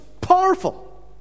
powerful